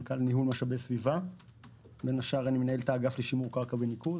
בין השאר, אני מנהל את האגף לשימור קרקע וניקוז.